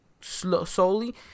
solely